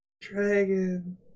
Dragon